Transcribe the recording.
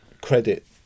credit